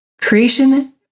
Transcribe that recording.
Creation